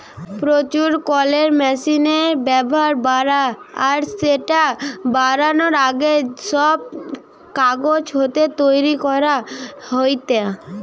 প্রচুর কলের মেশিনের ব্যাভার বাড়া আর স্যাটা বারানার আগে, সব কাগজ হাতে তৈরি করা হেইতা